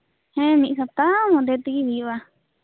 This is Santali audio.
ᱢᱤᱫ ᱦᱟᱯᱛᱟ ᱢᱚᱫᱽᱫᱷᱮ ᱛᱮᱜᱮ ᱦᱩᱭᱩᱜᱼᱟ